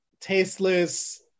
tasteless